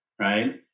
right